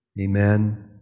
Amen